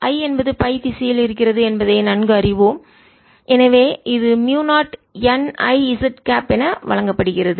I என்பது pi திசையில் இருக்கிறது என்பதை நன்கு அறிவோம் எனவே இது மியூ0 n I z கேப் என வழங்கப்படுகிறது